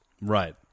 Right